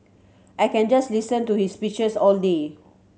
I can just listen to his speeches all day